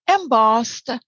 embossed